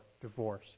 divorce